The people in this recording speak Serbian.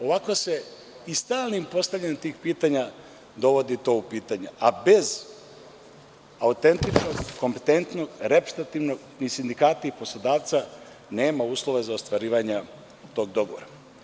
Ovako se stalnim postavljanjem tih pitanja dovodi to u pitanje, a bez autentičnost, kompetentnog, reprezentativnog ni sindikata ni poslodavca nema uslova za ostvarivanje tog dogovora.